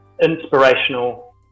inspirational